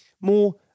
more